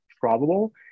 probable